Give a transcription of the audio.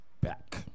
back